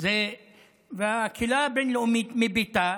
והקהילה הבין-לאומית מביטה,